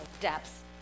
depths